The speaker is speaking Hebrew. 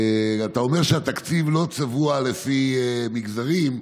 אתה אומר שהתקציב לא צבוע לפי מגזרים,